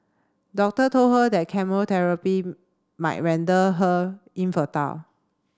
doctor told her that chemotherapy might render her infertile